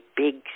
big